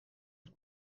het